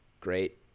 great